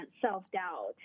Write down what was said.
self-doubt